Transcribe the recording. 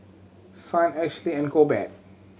Signe Ashley and Corbett